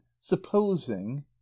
supposing